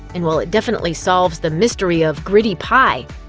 and while it definitely solves the mystery of gritty pie,